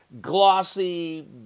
glossy